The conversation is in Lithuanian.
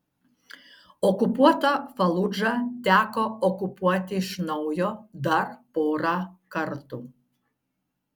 okupuotą faludžą teko okupuoti iš naujo dar porą kartų